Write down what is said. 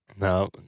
No